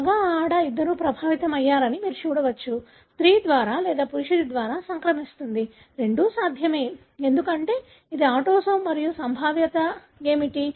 మగ ఆడ ఇద్దరూ ప్రభావితమయ్యారని మీరు చూడవచ్చు స్త్రీ ద్వారా లేదా పురుషుడి ద్వారా సంక్రమిస్తుంది రెండూ సాధ్యమే ఎందుకంటే ఇది ఆటోసోమ్ మరియు సంభావ్యత ఏమిటి